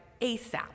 ASAP